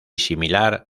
similar